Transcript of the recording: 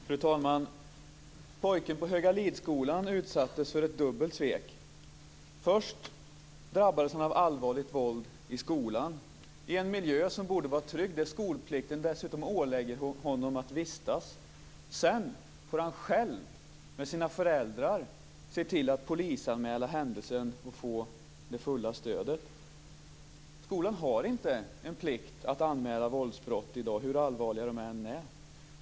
Fru talman! Pojken på Högalidsskolan utsattes för ett dubbelt svek. Först drabbades han av allvarligt våld i skolan, i en miljö som borde vara trygg och där han dessutom enligt skolplikten åläggs att vistas. Sedan får han själv tillsammans med sina föräldrar se till att händelsen polisanmäls och att få det fulla stödet. Skolan har ingen plikt i dag att anmäla våldsbrott, hur allvarliga de än är.